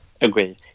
Agreed